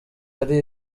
ari